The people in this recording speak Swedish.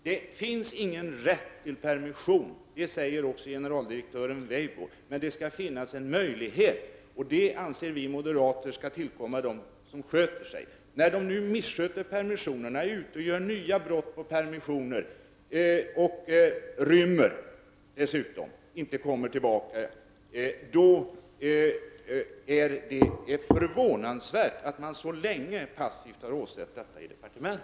Det finns ingen rätt till permission — det säger också generaldirektör Weibo — men det skall finnas en möjlighet. Den möjligheten anser vi moderater skall tillkomma de fångar som sköter sig. Det är förvånansvärt att man så länge från justitiedepartementet passivt har åsett hur fångar missköter permissionerna och är ute och begår nya brott och inte kommer tillbaka till anstalterna efter permissionerna.